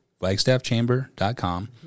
flagstaffchamber.com